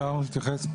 אפשר להתייחס?